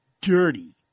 dirty